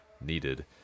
needed